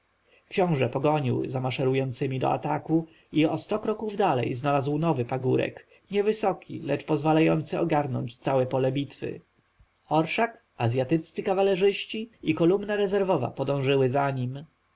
książę pogonił za maszerującymi do ataku i o sto kroków dalej znalazł nowy pagórek niewysoki lecz pozwalający ogarnąć całe pole bitwy orszak azjatyccy kawalerzyści i kolumna rezerwowa podążyły za nim